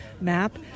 map